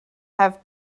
have